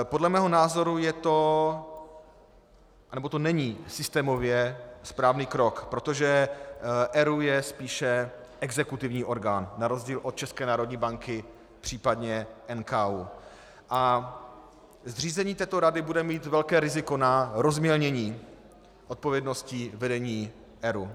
Podle mého názoru to není systémově správný krok, protože ERÚ je spíše exekutivní orgán na rozdíl od České národní banky, případně NKÚ, a zřízení této rady bude mít velké riziko na rozmělnění odpovědnosti vedení ERÚ.